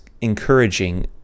encouraging